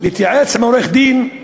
להתייעץ עם עורך-דין,